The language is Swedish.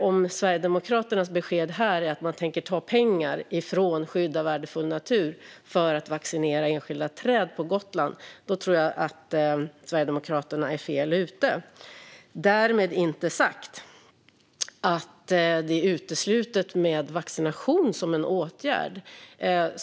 Om Sverigedemokraternas besked här är att man tänker ta pengar från skydd av värdefull natur för att vaccinera enskilda träd på Gotland tror jag att Sverigedemokraterna är fel ute. Därmed inte sagt att det är uteslutet med vaccination som en åtgärd.